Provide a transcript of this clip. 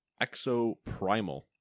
Exoprimal